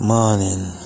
Morning